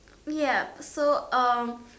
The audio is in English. ya so um